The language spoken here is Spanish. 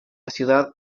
ciudad